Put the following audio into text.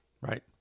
Right